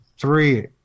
three